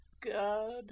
god